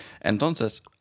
Entonces